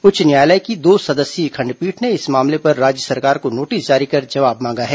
उच्च न्यायालय की दो सदस्यीय खंडपीठ ने इस मामले पर राज्य सरकार को नोटिस जारी कर जवाब मांगा है